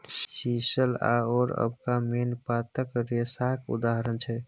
sisal आओर अबाका मेन पातक रेशाक उदाहरण छै